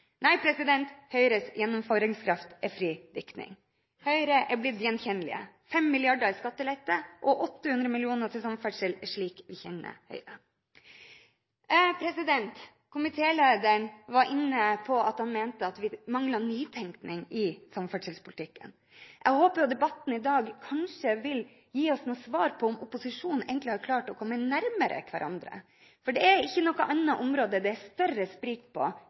Nei, Høyres gjennomføringskraft er fri diktning. Høyre er blitt gjenkjennelige: 5 mrd. kr i skattelette og 800 mill. kr til samferdsel er slik vi kjenner Høyre. Komitélederen mente at vi mangler nytenkning i samferdselspolitikken. Jeg håper debatten i dag kanskje vil gi oss noen svar på om opposisjonen egentlig har klart å komme nærmere hverandre, for det er ikke noe annet område hvor det er større sprik enn på